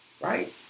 Right